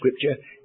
scripture